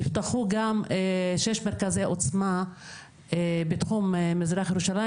נפתחו גם 6 מרכזי עוצמה בתחום מזרח ירושלים,